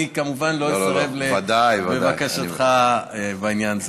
אני כמובן לא אסרב לבקשתך בעניין זה.